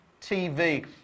TV